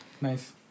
Nice